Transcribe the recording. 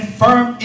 firm